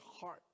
heart